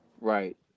Right